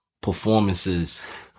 performances